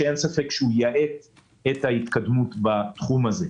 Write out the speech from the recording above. שאין ספק שיאט את ההתקדמות בתחום הזה.